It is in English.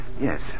Yes